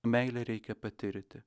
meilę reikia patirti